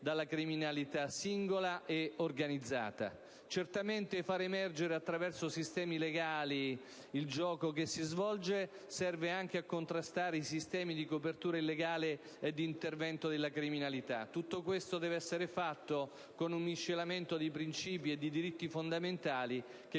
dalla criminalità, individuale e organizzata. Certamente, far emergere attraverso sistemi legali il gioco che si svolge serve anche a contrastare i sistemi di copertura illegale e di intervento della criminalità. Tutto ciò deve essere fatto con un complesso di principi e diritti fondamentali che